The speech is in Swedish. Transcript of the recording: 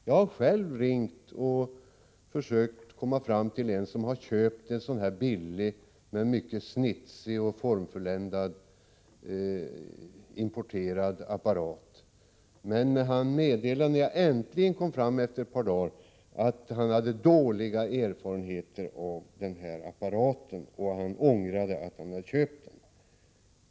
Jag har själv försökt ringa till en som har köpt en billig men snitsig och formfulländad importerad apparat. När jag äntligen kom fram efter ett par dagar, talade han om att han hade dåliga erfarenheter av denna apparat och ångrade att han hade köpt den.